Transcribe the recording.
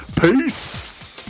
Peace